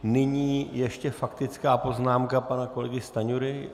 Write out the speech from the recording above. Nyní ještě znovu faktická poznámka pana kolegy Stanjury.